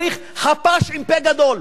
צריך חפ"ש עם פה גדול,